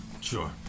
Sure